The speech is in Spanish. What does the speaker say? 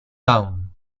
town